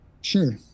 Sure